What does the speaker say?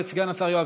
סעדי,